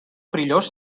perillós